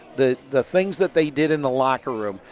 the the things that they did in the locker room,